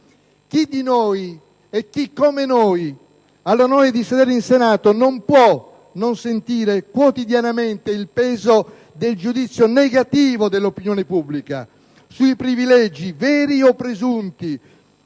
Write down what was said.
Parlamento. Chi come noi ha l'onore di sedere in Senato non può non sentire quotidianamente il peso del giudizio negativo dell'opinione pubblica sui privilegi veri o presunti